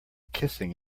kissing